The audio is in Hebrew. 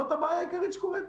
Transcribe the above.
זה מה שקורה כאן.